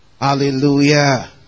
Hallelujah